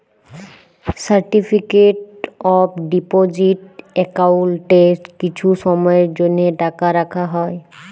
certificate of deposit একাউল্টে কিছু সময়ের জ্যনহে টাকা রাখা হ্যয়